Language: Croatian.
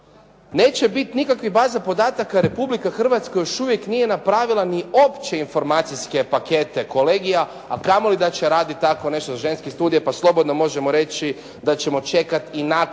Neće biti nikakvih baza podataka, Republika Hrvatska još uvijek nije napravila ni opće informacijske pakete kolegija, a kamo li da će raditi tako nešto ženski studija pa slobodno možemo reći da ćemo čekati i nakon